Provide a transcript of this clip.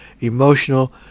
emotional